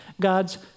God's